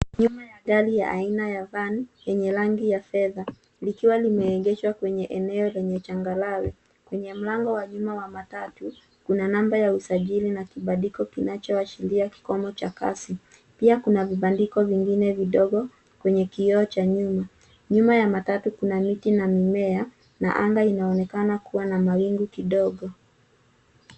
Nyuma ya gari ya aina ya van yenye rangi ya fedha likiwa limeegeshwa kwenye eneo lenye changarawe. Kwenye mlango wa nyuma wa matatu kuna namba ya usajili na kibandiko kinachoashiria kikomo cha kazi. Pia kuna vibandiko vingine vidogo kwenye kioo cha nyuma. Nyuma ya matatu kuna miti na mimea na anga inaonekana kuwa na mawingu kidogo.